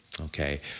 Okay